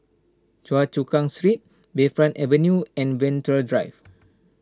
Choa Chu Kang Street Bayfront Avenue and Venture Drive